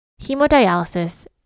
hemodialysis